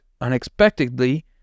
unexpectedly